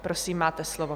Prosím, máte slovo.